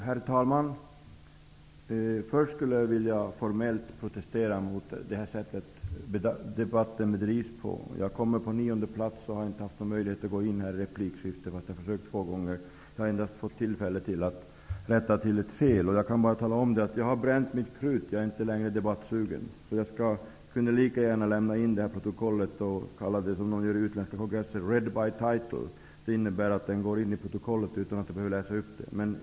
Herr talman! Jag vill först formellt protestera mot det sätt på vilket debatten bedrivs. Jag är nionde talare, och jag har inte haft någon möjlighet att gå in i replikskiften, fastän jag har försökt två gånger. Jag har endast fått tillfälle till att rätta till ett fel. Jag vill bara tala om att jag har bränt mitt krut, och jag är inte längre debattsugen. Jag kunde lika gärna lämna in mitt skrivna anförande till protokollet. Man kunde kalla det för ''read by title'', som man gör vid utländska kongresser. Det innebär att det går in i protokollet utan att jag behöver läsa upp det.